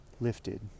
lifted